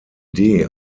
idee